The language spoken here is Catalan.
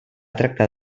tractar